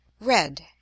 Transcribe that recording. Red